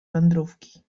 wędrówki